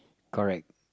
correct